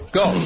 go